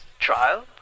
Trial